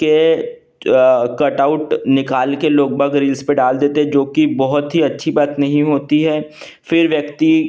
के कटआउट निकाल कर लोग बाग रिल्स पर डाल देते जो कि बहुत ही अच्छी बात नहीं होती है फिर व्यक्ति